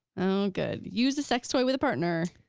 oh good, use a sex toy with a partner.